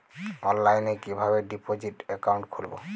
অনলাইনে কিভাবে deposit account খুলবো?